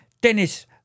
Dennis